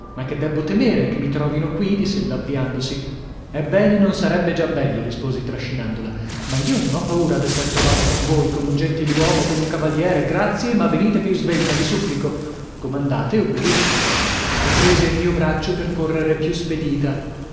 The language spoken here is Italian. ma che debbo temere che mi trovino qui diss'ella avviandosi ebbene non sarebbe già bello risposi trascinandola ma io non ho paura ad esser trovata con voi con un gentiluomo con un cavaliere grazie ma venite più svelta vi supplico comandate obbedisco e prese il mio braccio per correre più spedita